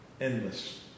endless